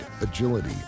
agility